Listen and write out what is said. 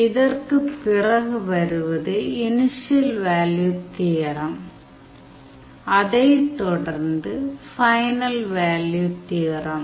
இதற்குப் பிறகு வருவது இனிஷியல் வேல்யூ தியோரம் அதைத் தொடர்ந்து ஃபைனல் வேல்யூ தியோரம்